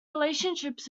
relationships